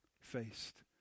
faced